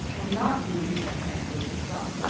and not due to the excess weight itself.